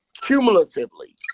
cumulatively